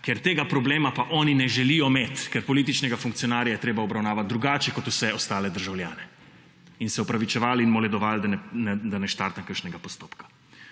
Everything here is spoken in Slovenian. ker tega problema pa oni ne želijo imeti. Ker političnega funkcionarja je treba obravnavati drugače kot vse ostale državljane. In se opravičevali in moledovali, da ne štartam kakšnega postopka.